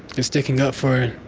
it's sticking up for